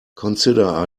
consider